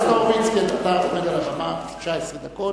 חבר הכנסת הורוביץ, אתה עומד על הבמה 19 דקות,